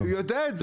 הוא יודע את זה.